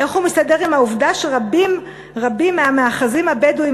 איך הוא מסתדר עם העובדה שרבים רבים מהמאחזים הבדואיים